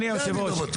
אני לא בטוח.